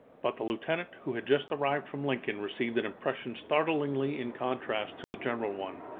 but the lieutenant who had just arrived from lincoln received an impression startlingly in contrast to the general one.